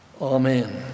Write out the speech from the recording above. Amen